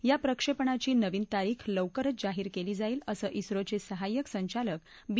या प्रक्षेपणाची नवीन तारीख लवकरच जाहीर केली जाईल असं स्रोचे सहाय्यक संचालक बी